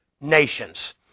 nations